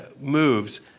Moves